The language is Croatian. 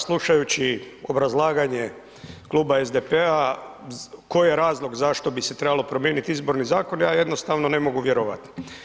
Slušajući obrazlaganje kluba SDP-a kojoi je razlog zašto bi se trebalo promijeniti izborni zakon, ja jednostavno ne mogu vjerovati.